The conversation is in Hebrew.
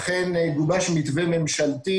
אכן גובש מתווה ממשלתי